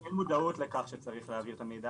אין מודעות לכך שצריך להעביר את המידע